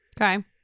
Okay